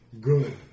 good